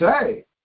say